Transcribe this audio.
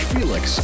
Felix